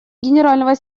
генерального